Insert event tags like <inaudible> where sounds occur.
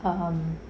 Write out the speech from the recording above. <noise>